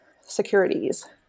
securities